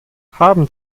haben